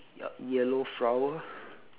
yellow flower